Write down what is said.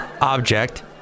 object